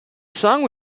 song